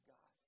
God